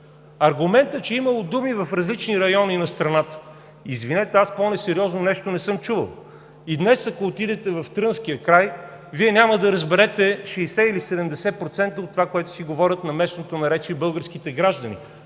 Аргументът, че имало думи в различни райони на страната. Извинете, аз по-несериозно нещо не съм чувал. И днес ако отидете в Трънския край, няма да разберете 60-70% от това, което си говорят на местното наречие българските граждани.